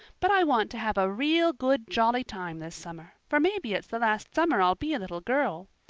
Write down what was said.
but i want to have a real good jolly time this summer, for maybe it's the last summer i'll be a little girl.